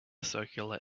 circular